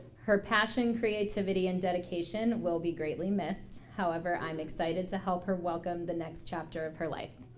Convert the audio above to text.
her passion creativity and dedication will be greatly missed however i'm excited to help her welcome the next chapter of her life.